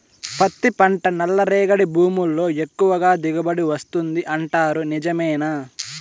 పత్తి పంట నల్లరేగడి భూముల్లో ఎక్కువగా దిగుబడి వస్తుంది అంటారు నిజమేనా